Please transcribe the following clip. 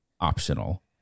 optional